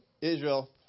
Israel